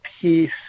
peace